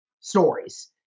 stories